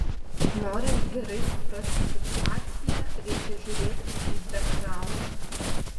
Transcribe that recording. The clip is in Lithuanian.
norint gerai suprasti situaciją reikia žiūrėti į bekgraundą